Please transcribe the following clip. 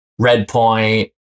Redpoint